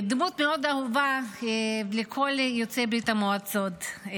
דמות מאוד אהובה על כל יוצאי ברית המועצות.